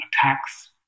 attacks